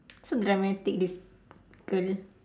so dramatic this girl